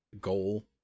goal